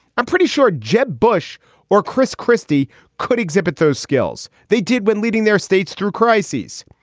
i'm pretty sure jeb bush or chris christie could exhibit those skills they did when leading their states through crises.